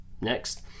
next